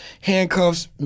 handcuffs